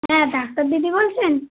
হ্যাঁ ডাক্তার দিদি বলছেন